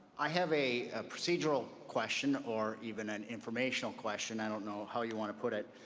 i have a procedural question or even an informational question. i don't know how you want to put it.